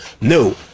No